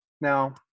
Now